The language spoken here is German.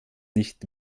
nicht